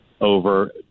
over